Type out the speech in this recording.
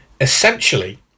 Essentially